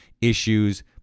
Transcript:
issues